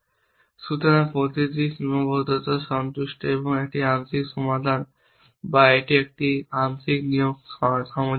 সুতরাং প্রতিটি সীমাবদ্ধতা সন্তুষ্ট এবং একটি আংশিক সমাধান বা একটি বা একটি আংশিক নিয়োগ সামঞ্জস্যপূর্ণ